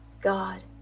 God